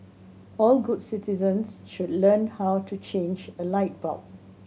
all good citizens should learn how to change a light bulb